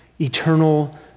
Eternal